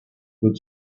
good